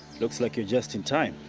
looks like you are just in time.